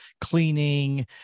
cleaning